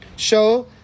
show